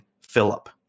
Philip